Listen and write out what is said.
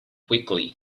quickly